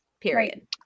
Period